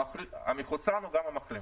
המחוסן הוא גם המחלים.